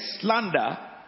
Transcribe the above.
slander